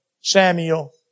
Samuel